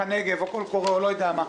הנגב או קול קורא או אני לא יודע מה,